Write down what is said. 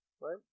right